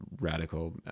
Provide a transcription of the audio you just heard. radical